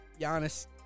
Giannis